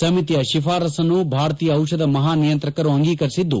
ಸಮಿತಿಯ ಶಿಫಾರಸ್ಪನ್ನು ಭಾರತೀಯ ಔಷಧ ಮಹಾ ನಿಯಂತ್ರಕರು ಅಂಗೀಕರಿಸಿದ್ದು